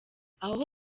aho